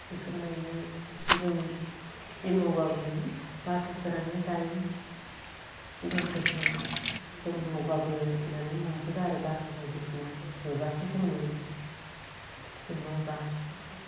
इफोर मानि सिबिं खिथि मावब्लाबो माने बाथ'फोरानो जायो सिबिंफोरखो जों मावब्लाबो माने मोनजोबा आरो बाथ' बायदिसिना होब्लासो जों मोनो खिथिखो मावब्ला